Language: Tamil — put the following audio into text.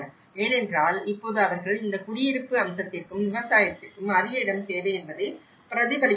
ஏனென்றால் இப்போது அவர்கள் இந்த குடியிருப்பு அம்சத்திற்கும் விவசாயத்திற்கும் அதிக இடம் தேவை என்பதை பிரதிபலிக்கிறார்கள்